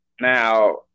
Now